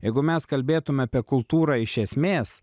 jeigu mes kalbėtume apie kultūrą iš esmės